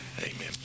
Amen